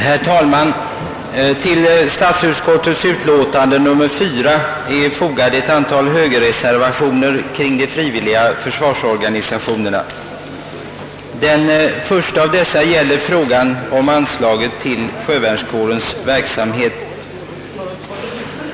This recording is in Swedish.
Herr talman! Till statsutskottets utlåtande nr 4 är fogade ett antal högerreservationer som gäller de frivilliga försvarsorganisationerna. Den första av dem rör frågan om anslaget till sjövärnskårens verksamhet.